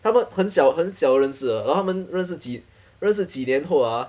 他们很小很小认识的然后他们认识几认识几年后 ah